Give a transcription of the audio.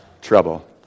trouble